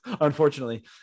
unfortunately